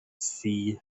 see